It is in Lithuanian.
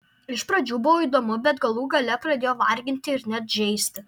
iš pradžių buvo įdomu bet galų gale pradėjo varginti ir net žeisti